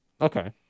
Okay